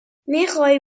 میخوای